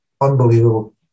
unbelievable